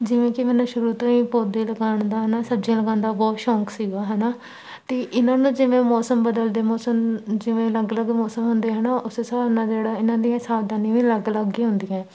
ਜਿਵੇਂ ਕਿ ਮੈਨੂੰ ਸ਼ੁਰੂ ਤੋਂ ਹੀ ਪੌਦੇ ਲਗਾਉਣ ਦਾ ਹੈ ਨਾ ਸਬਜ਼ੀਆਂ ਲਗਾਉਣ ਦਾ ਬਹੁਤ ਸ਼ੌਕ ਸੀਗਾ ਹੈ ਨਾ ਅਤੇ ਇਹਨਾਂ ਨੂੰ ਜਿਵੇਂ ਮੌਸਮ ਬਦਲਦੇ ਮੌਸਮ ਜਿਵੇਂ ਅਲੱਗ ਅਲੱਗ ਮੌਸਮ ਹੁੰਦੇ ਹੈ ਨਾ ਉਸ ਹਿਸਾਬ ਨਾਲ ਜਿਹੜਾ ਇਹਨਾਂ ਦੀਆਂ ਸਾਵਧਾਨੀਆਂ ਵੀ ਅਲੱਗ ਅਲੱਗ ਹੀ ਹੁੰਦੀਆਂ